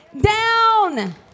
down